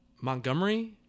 Montgomery